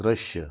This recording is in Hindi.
दृश्य